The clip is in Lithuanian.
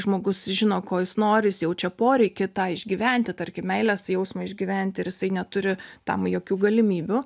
žmogus žino ko jis nori jis jaučia poreikį tą išgyventi tarkim meilės jausmą išgyventi ir jisai neturi tam jokių galimybių